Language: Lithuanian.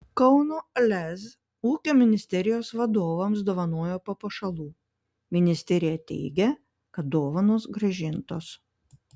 kauno lez ūkio ministerijos vadovams dovanojo papuošalų ministerija teigia kad dovanos grąžintos